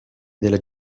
della